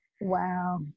wow